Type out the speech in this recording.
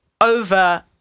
over